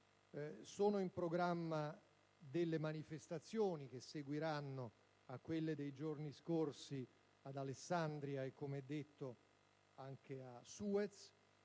Sono in programma delle manifestazioni, che seguiranno quelle dei giorni scorsi ad Alessandria e, come detto, anche a Suez.